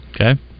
Okay